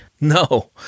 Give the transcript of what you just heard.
No